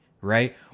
right